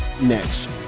next